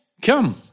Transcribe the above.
come